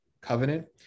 covenant